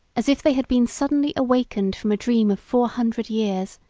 as if they had been suddenly awakened from a dream of four hundred years,